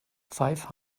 five